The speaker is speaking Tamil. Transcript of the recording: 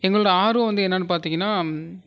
எங்களோட ஆர்வம் வந்து என்னென்னு பார்த்திங்கன்னா